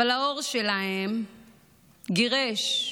אבל האור שלהם גירש,